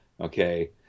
Okay